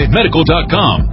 medical.com